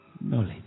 knowledge